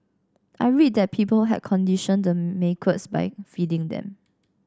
I read that people had conditioned the macaques by feeding them